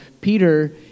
Peter